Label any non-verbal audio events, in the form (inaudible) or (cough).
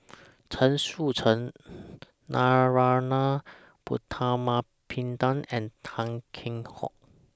(noise) Chen Sucheng Narana Putumaippittan and Tan Kheam Hock